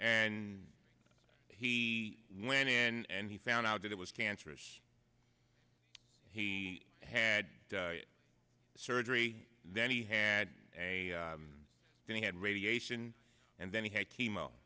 and he went in and he found out that it was cancerous he had surgery then he had and he had radiation and then he had chemo